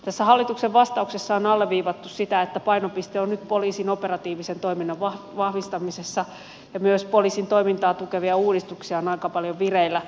tässä hallituksen vastauksessa on alleviivattu sitä että painopiste on nyt poliisin operatiivisen toiminnan vahvistamisessa ja myös poliisin toimintaa tukevia uudistuksia on aika paljon vireillä